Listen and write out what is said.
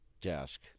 desk